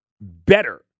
better